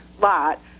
lot